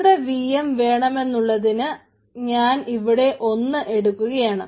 എത്ര V M വേണമെന്നുള്ളതിന് ഞാൻ ഇവിടെ ഒന്ന് എന്നിടുകയാണ്